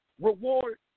reward